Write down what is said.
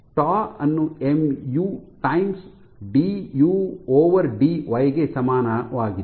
ಟಿಎಯು ಅನ್ನು mu times d u d y dudy ಗೆ ಸಮಾನವಾಗಿದೆ